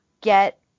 get